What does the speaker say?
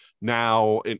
now